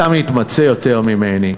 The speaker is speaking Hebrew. אתה מתמצא יותר ממני.